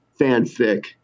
Fanfic